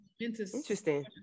interesting